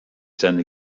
seine